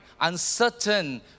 uncertain